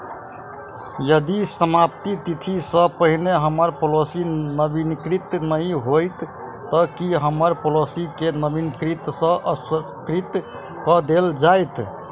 यदि समाप्ति तिथि सँ पहिने हम्मर पॉलिसी नवीनीकृत नहि होइत तऽ की हम्मर पॉलिसी केँ नवीनीकृत सँ अस्वीकृत कऽ देल जाइत?